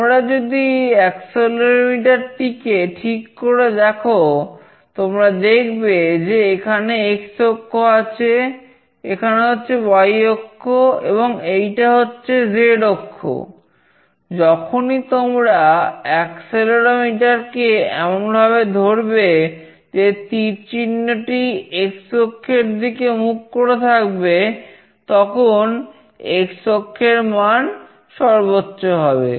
তোমরা যদি এই অ্যাক্সেলেরোমিটার কে এমনভাবে ধরবে যে তীরচিহ্নটি x অক্ষের দিকে মুখ করে থাকবে তখন x অক্ষের মান সর্বোচ্চ হবে